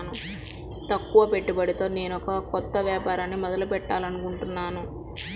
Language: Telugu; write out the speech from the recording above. తక్కువ పెట్టుబడితో నేనొక కొత్త వ్యాపారాన్ని మొదలు పెట్టాలనుకుంటున్నాను